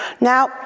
Now